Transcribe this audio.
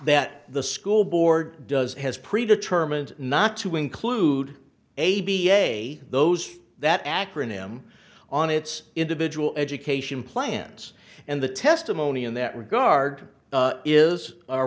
that the school board does has pre determined not to include a b a those that acronym on its individual education plan and the testimony in that regard